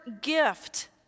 gift